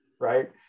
Right